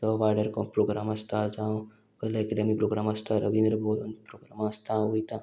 तो वाड्यार प्रोग्राम आसता जावं कहलेय एकेडमी प्रोग्राम आसता रविंद्र भोवन प्रोग्राम आसता हांव वयतां